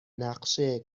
نقشه